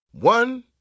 One